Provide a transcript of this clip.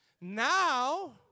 Now